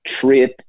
trip